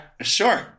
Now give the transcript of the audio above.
sure